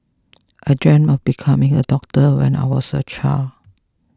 I dreamed of becoming a doctor when I was a child